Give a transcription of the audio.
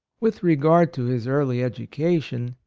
with regard to his early educa tion,